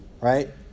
Right